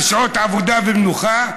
על שעות עבודה ומנוחה.